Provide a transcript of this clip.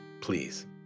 Please